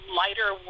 lighter